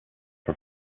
her